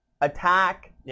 attack